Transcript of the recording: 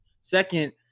Second